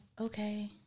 okay